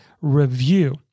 review